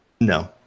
No